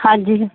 ਹਾਂਜੀ